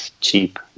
cheap